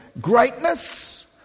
greatness